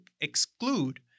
exclude